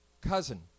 Cousin